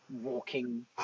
walking